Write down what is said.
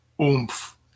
oomph